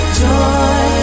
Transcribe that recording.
joy